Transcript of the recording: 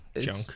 junk